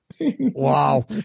Wow